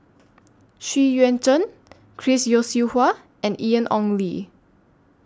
Xu Yuan Zhen Chris Yeo Siew Hua and Ian Ong Li